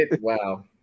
Wow